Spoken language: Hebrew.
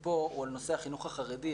פה הוא על נושא החינוך החרדי,